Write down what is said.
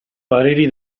pareri